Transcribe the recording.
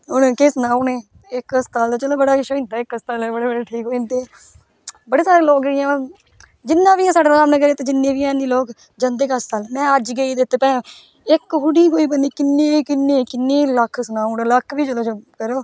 हून केह् सनांऽ हून एह् इक अस्ताल ऐ पर चलो बड़ा किश होई जंदा ऐ इक अस्तालै नै बड़े बड़े ठीक होई जंदे बड़े सारे लोग इ'यां जिन्ना बी ऐ साढ़ा रामनगर इत्त जिन्ने बी हैन निं लोग जंदे गै अस्ताल में अज्ज गेई ते भैं इक थोह्ड़ी कोई पता निं किन्ने किन्ने किन्ने लक्ख सनाओ ओड़ेआ लक्ख बी चलो छुड़ो